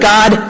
God